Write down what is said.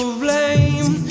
blame